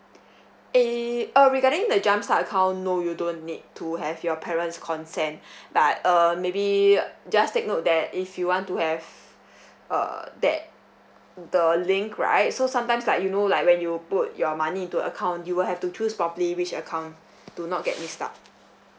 err uh regarding the jump start account no you don't need to have your parent's consent but err maybe just take note that if you want to have uh that the link right so sometimes like you know like when you put your money into account you will have to choose properly which account to not get mixed up